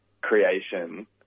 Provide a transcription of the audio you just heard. creation